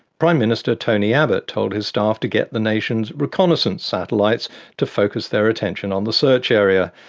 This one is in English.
prime minister tony abbott told his staff to get the nation's reconnaissance satellites to focus their attention on the search area.